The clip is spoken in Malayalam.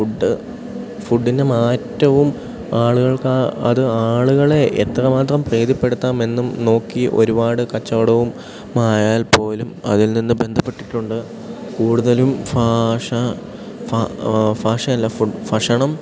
ഫുഡ് ഫുഡ്ഡിൻ്റെ മാറ്റവും ആളുകൾക്ക് അത് ആളുകളെ എത്രമാത്രം പ്രീതിപ്പെടുത്താമെന്നും നോക്കി ഒരുപാട് കച്ചവടവുമായാൽ പോലും അതിൽ നിന്ന് ബന്ധപ്പെട്ടിട്ടുണ്ട് കൂടുതലും ഭാഷ ഭാ ഭാഷയല്ല ഭക്ഷണം